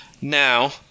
Now